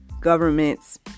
governments